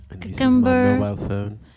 cucumber